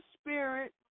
spirit